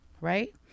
Right